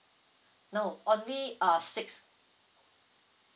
no only uh six